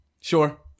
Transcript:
Sure